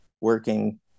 working